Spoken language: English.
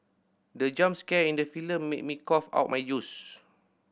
the jump scare in the film made me cough out my juice